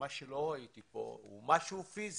מה שלא ראיתי פה הוא משהו פיזי.